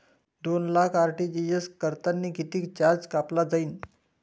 दोन लाख आर.टी.जी.एस करतांनी कितीक चार्ज कापला जाईन?